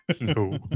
No